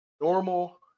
normal